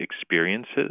experiences